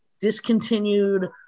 discontinued